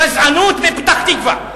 גזענות בפתח-תקווה.